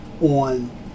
on